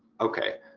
okay,